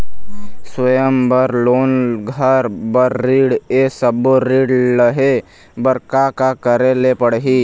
स्वयं बर लोन, घर बर ऋण, ये सब्बो ऋण लहे बर का का करे ले पड़ही?